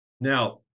Now